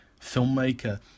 filmmaker –